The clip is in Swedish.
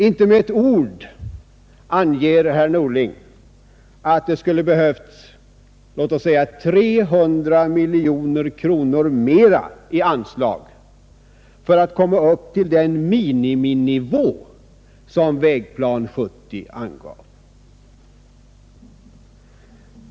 Inte med ett ord anger herr Norling att det skulle behövts låt oss säga 300 miljoner kronor mer i anslag för att komma upp till den miniminivå som Vägplan 70 angav.